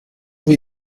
wir